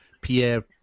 Pierre